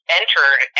entered